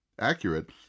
accurate